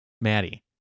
Maddie